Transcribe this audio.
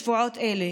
בשבועות אלה,